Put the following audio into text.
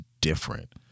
different